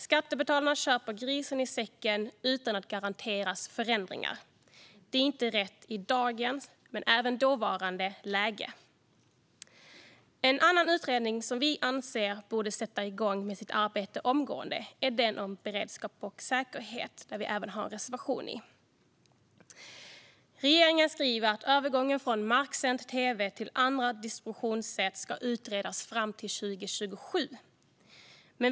Skattebetalarna köper grisen i säcken utan att garanteras förändringar. Det är inte rätt i dagens läge, och det var inte heller rätt i dåvarande läge. En annan utredning som vi anser borde sätta igång med sitt arbete omgående är den om beredskap och säkerhet, vilket vi också har en reservation om. Regeringen skriver att övergången från marksänd tv till andra distributionssätt ska utredas fram till 2027.